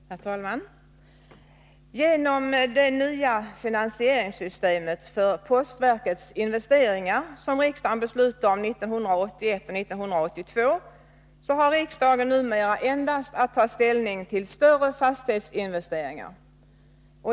Herr talman! Genom det nya finansieringssystemet för postverkets investeringar som riksdagen beslutat om 1981 och 1982 har riksdagen numera endast att ta ställning till större fastighetsinvesteringar.